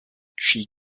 she